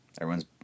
Everyone's